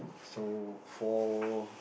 so for